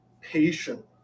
patient